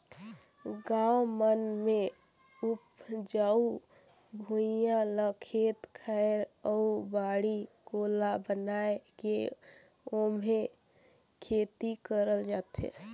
गाँव मन मे उपजऊ भुइयां ल खेत खायर अउ बाड़ी कोला बनाये के ओम्हे खेती करल जाथे